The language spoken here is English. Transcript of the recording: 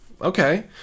Okay